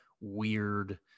weird